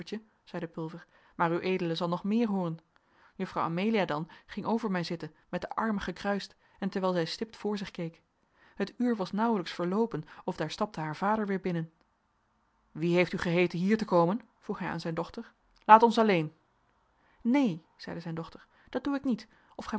maar ued zal nog meer hooren juffrouw amelia dan ging over mij zitten met de armen gekruist en terwijl zij stipt voor zich keek het uur was nauwelijks verloopen of daar stapte haar vader weêr binnen wie heeft u geheeten hier te komen vroeg hij aan zijn dochter laat ons alleen neen zei zijn dochter dat doe ik niet of gij